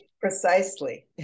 Precisely